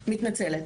מתנצלת.